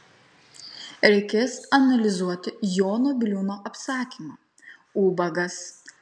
reikės analizuoti jono biliūno apsakymą ubagas